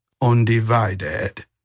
undivided